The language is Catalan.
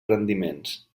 rendiments